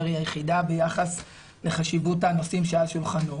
היא היחידה ביחס לחשיבות הנושאים שעל שולחנו.